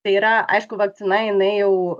tai yra aišku vakcina jinai jau